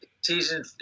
season